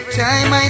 time